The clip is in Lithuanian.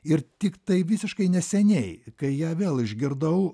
ir tiktai visiškai neseniai kai ją vėl išgirdau